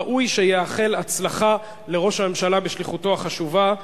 ראוי שיאחל הצלחה לראש הממשלה בשליחותו החשובה.